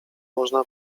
można